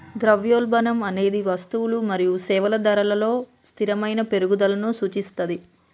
ద్రవ్యోల్బణం అనేది వస్తువులు మరియు సేవల ధరలలో స్థిరమైన పెరుగుదలను సూచిస్తది